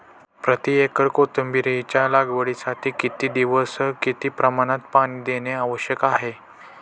प्रति एकर कोथिंबिरीच्या लागवडीसाठी किती दिवस किती प्रमाणात पाणी देणे आवश्यक आहे?